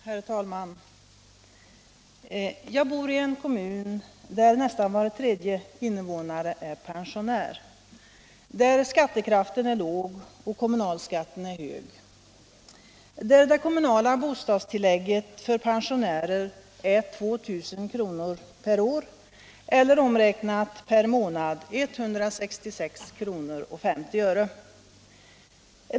Herr talman! Jag bor i en kommun där nästan var tredje invånare är pensionär, där skattekraften är låg och kommunalskatten är hög och där det kommunala bostadstillägget för pensionärer är 2 000 kr. per år eller omräknat 166:50 kr. per månad.